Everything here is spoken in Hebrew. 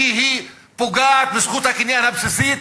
היא פוגעת בזכות הקניין הבסיסית,